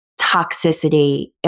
toxicity